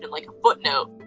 like footnote,